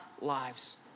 lives